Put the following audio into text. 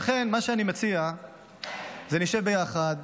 לכן מה שאני מציע זה שנשב יחד,